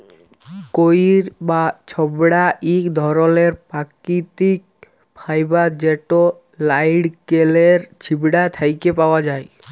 কইর বা ছবড়া ইক ধরলের পাকিতিক ফাইবার যেট লাইড়কেলের ছিবড়া থ্যাকে পাউয়া যায়